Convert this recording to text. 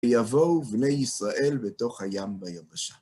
ויבואו בני ישראל בתוך הים ביבשה.